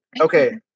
Okay